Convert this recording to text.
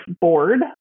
board